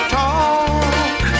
talk